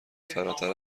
فراتر